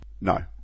No